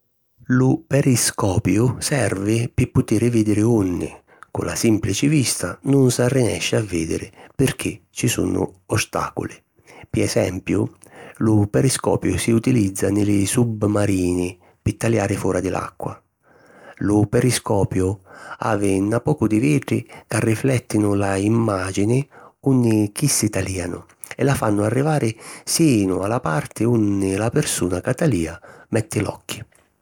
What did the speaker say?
Lu periscopiu servi pi putiri vidiri unni, cu la sìmplici vista, nun s'arrinesci a vidiri pirchì ci sunnu ostàculi. Pi esempiu, lu periscopiu si utilizza nni li submarini pi taliari fora di l’acqua. Lu periscopiu havi na pocu di vitri ca riflèttinu la imàgini unni chissi talìanu e la fannu arrivari sinu a la parti unni la pirsuna ca talìa, metti l’occhi.